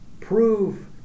Prove